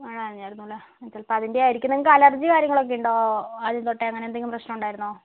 മഴ നനഞ്ഞിരുന്നു അല്ലേ ചിലപ്പോൾ അതിന്റെ ആയിരിക്കണം നിങ്ങൾക്ക് അലര്ജിയും കാര്യങ്ങൾ ഒക്കെ ഉണ്ടോ ആദ്യംതൊട്ടേ അങ്ങനെ എന്തെങ്കിലും പ്രശ്നമുണ്ടായിരുന്നോ